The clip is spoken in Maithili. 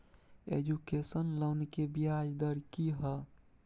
एजुकेशन लोन के ब्याज दर की हय?